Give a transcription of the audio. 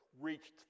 reached